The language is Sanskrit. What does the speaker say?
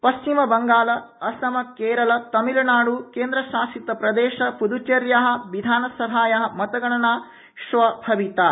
पश्चिम बंगाल असम केरल तमिलनाड् केन्द्रशासितप्रदेश प्दद्दचेर्या विधानसभाया मतगणना श्व भविता